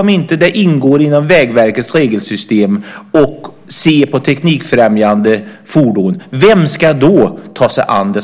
Om det inte ingår i Vägverkets regelsystem att se på teknikfrämjande fordon, vem ska då ta sig an dem?